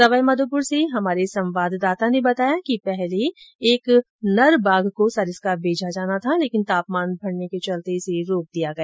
सवाईमाघोपुर से हमारे संवाददाता ने बताया कि पहले एक नर बाघ को सरिस्का भेजा जाना था लेकिन तापमान बढ़ने के चलते इसे रोक दिया गया